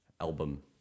album